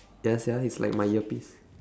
ya sia it's like my earpiece